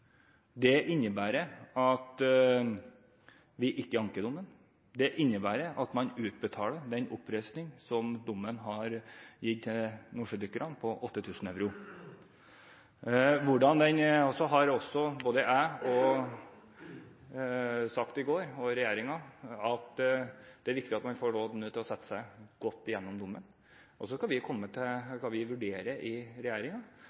Det innebærer at vi ikke anker dommen. Det innebærer at man utbetaler den oppreisning som dommen har gitt nordsjødykkerne på 8 000 euro. Både regjeringen og jeg sa i går at det er viktig at man nå får satt seg godt inn i dommen, og så skal vi i